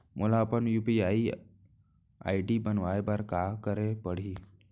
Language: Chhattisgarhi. मोला अपन यू.पी.आई आई.डी बनाए बर का करे पड़ही?